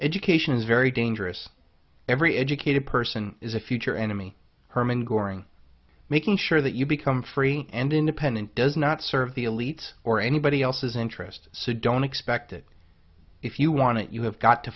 education is very dangerous every educated person is a future enemy hermann goering making sure that you become free and independent does not serve the elites or anybody else's interest so don't expect it if you want it you have got to